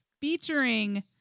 featuring